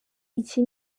iki